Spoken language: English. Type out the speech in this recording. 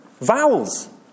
vowels